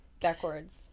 Backwards